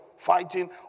Fighting